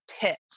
pit